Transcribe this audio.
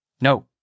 No